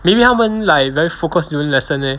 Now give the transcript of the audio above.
maybe 他们 like very focused during lesson leh